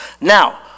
Now